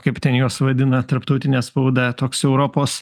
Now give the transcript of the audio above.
kaip ten juos vadina tarptautinė spauda toks europos